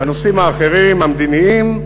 בנושאים האחרים, המדיניים,